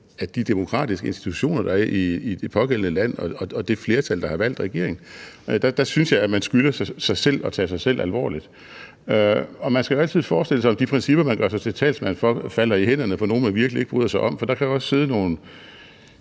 af de demokratiske institutioner, der er i det pågældende land, og det flertal, der har valgt regeringen. Der synes jeg, at man skylder at tage sig selv alvorligt. Man skal jo altid forestille sig, at de principper, man gør sig til talsmand for, falder i hænderne på nogle, man virkelig ikke bryder sig om, for der kan jo også sidder nogle,